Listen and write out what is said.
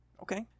Okay